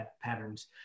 patterns